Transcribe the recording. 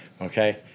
Okay